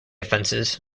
offences